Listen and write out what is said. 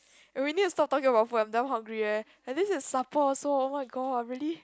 and we need to stop talking about food I'm damn hungry eh and this is supper also oh-my-god really